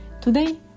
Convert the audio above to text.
Today